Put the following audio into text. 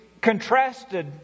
contrasted